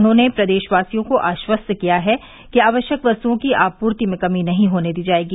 उन्होंने प्रदेशवासियों को आश्वस्त किया है कि आवश्यक वस्तुओं की आपूर्ति में कमी नहीं होने दी जाएगी